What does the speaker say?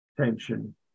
tension